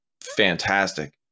Fantastic